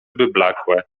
wyblakłe